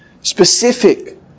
Specific